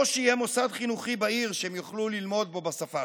או שיהיה מוסד חינוכי בעיר שהם יוכלו ללמוד בו בשפה